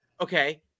Okay